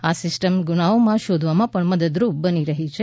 આ સિસ્ટમ ગુનાઓ શોધવામાં પણ મદદરૂ બની રહી છે